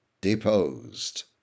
deposed